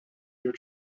your